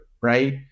right